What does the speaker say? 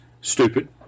stupid